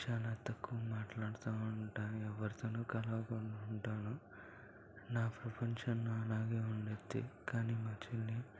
చాలా తక్కువ మాట్లాడుతూ ఉంటాను ఎవరితోను కలవకుండా ఉంటాను నా ప్రపంచం నాలాగే ఉండుద్ది కాని మా చెల్లి